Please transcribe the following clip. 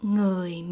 Người